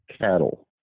cattle